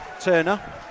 Turner